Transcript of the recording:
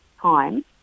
time